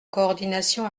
coordination